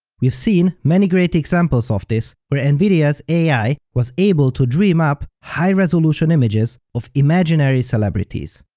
we've seen many great examples of this where nvidia's ai was able to dream up high-resolution images of imaginary celebrities.